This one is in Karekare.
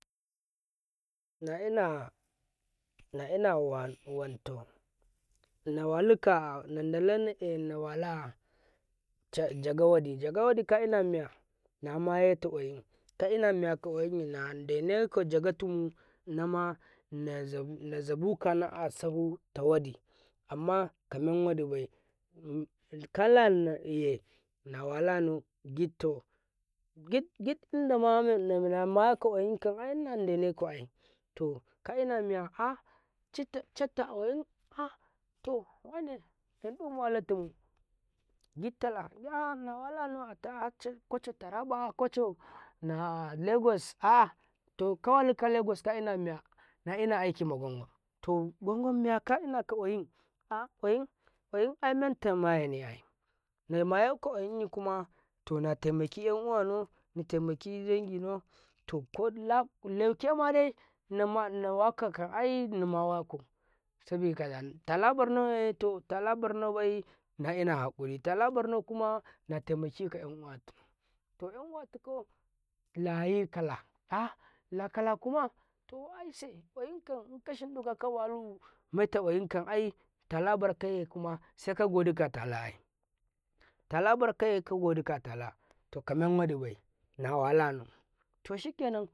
﻿naina naina wantau nawa luka nandala nawala ko jaga waɗi jaga waɗi kaina miya na mayeta ƙwayin ka ina miya daneko ka ƙwayin na zabu kana asafu ta jagatumu waɗi amma kamen waɗi bai kalaye nawa lana gigittama namaya ka ƙwayin kan ai na dena ka'a to kaina miya citta catta ƙwayin wane shin dumu walaka gitta ta nawa lanau catta faraba ƙwaco na legos ah kawaluka legos ka ina miya na'ina aiki maƙwan ƙwan toh ƙwan ƙwan miya kaina ka ƙwayin ƙwayi ah ƙwayin aimenla mayene ai nama yika ƙwayinyin kuma tona temaki enuwanau natemaki dan ginau to laukema deori na wakakan ai mawakau sabika la tala barnabai naina kaƙuri tala barno kuma tala temaki ka inuwatuko to enuwatuko layika la ah lakala kala kuma to aise ƙwayin kan inka shim fiɗa ka walu maita ƙwayin kan aitala bar kaye kuma se kagadikata laa tala bar kaye kagadika ata la to kamen wadibai nawalanau to shikenana.